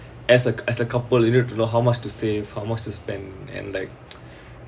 as a as a couple you need to know how much to save how much to spend and like